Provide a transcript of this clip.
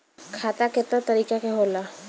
खाता केतना तरीका के होला?